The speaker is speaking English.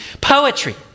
poetry